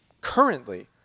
currently